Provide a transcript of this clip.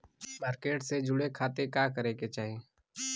Market से जुड़े खाती का करे के चाही?